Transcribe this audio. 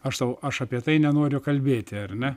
aš tau aš apie tai nenoriu kalbėti ar ne